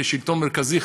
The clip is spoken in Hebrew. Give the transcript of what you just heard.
כשלטון מרכזי,